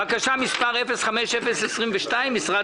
בקשה מס' 04-041 אושרה.